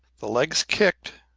the legs kicked,